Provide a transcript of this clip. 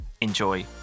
Enjoy